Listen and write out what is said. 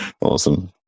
Awesome